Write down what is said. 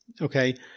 Okay